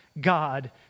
God